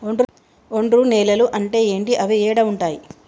ఒండ్రు నేలలు అంటే ఏంటి? అవి ఏడ ఉంటాయి?